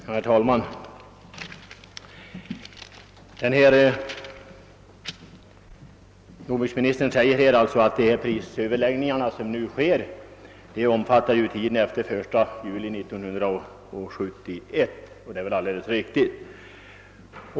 Herr talman! Jordbruksministern poängterar att de prisöverläggningar som skall äga rum omfattar tiden efter den 1 juli 1971.